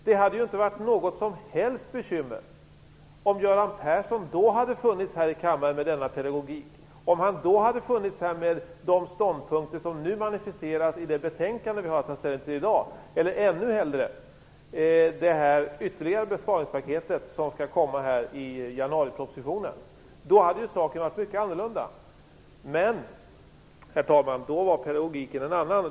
Det hade inte varit något som helst bekymmer om Göran Persson då hade funnits här i kammaren med denna pedagogik, om han då hade funnits här med de ståndpunkter som nu manifesteras i det betänkande vi har att ta ställning till i dag eller ännu hellre med det ytterligare besparingspaket som skall komma i januaripropositionen. Då hade saken varit mycket annorlunda. Men, herr talman, då var pedagogiken en annan.